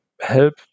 help